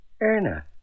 Erna